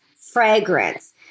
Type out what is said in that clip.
fragrance